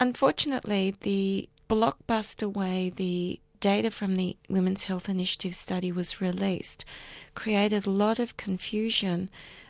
unfortunately the block buster way the data from the women's health initiative study was released created a lot of confusion